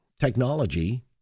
technology